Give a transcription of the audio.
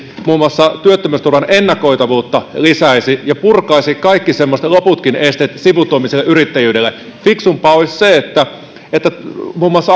muun muassa työttömyysturvan ennakoitavuutta lisäisi ja purkaisi kaikki loputkin esteet sivutoimiselle yrittäjyydelle fiksumpaa olisi se että aktiivimallin sijaan luotaisiin muun muassa